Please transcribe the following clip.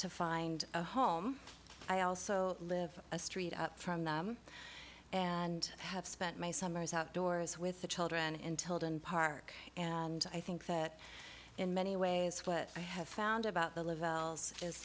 to find a home i also live a street up from them and have spent my summers outdoors with the children in tilden park and i think that in many ways what i have found about the lavelle's is